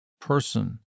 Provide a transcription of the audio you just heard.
person